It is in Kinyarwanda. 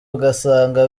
ugasanga